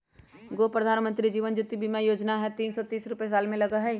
गो प्रधानमंत्री जीवन ज्योति बीमा योजना है तीन सौ तीस रुपए साल में लगहई?